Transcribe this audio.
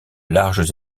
larges